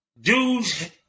dudes